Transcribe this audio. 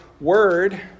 word